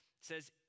says